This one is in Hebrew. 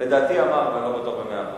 לדעתי אמר, אבל אני לא בטוח במאה אחוז.